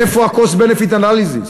איפה ה-cost benefit analysis?